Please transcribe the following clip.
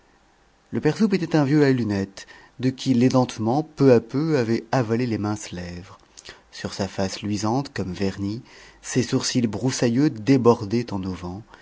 le père soupe était un petit vieux à lunettes de qui l'édentement peu à peu avait avalé les minces lèvres sur sa face luisante comme vernie ses sourcils broussailleux débordaient en